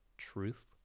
truth